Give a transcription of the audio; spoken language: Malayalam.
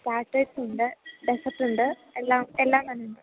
ഫ്രൈഡ് റൈസുണ്ട് ഡെസേർട്ടുണ്ട് എല്ലാം എല്ലാംതന്നെ ഉണ്ട്